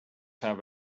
have